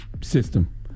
system